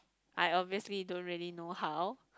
I obviously don't really know how